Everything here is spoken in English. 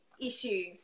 issues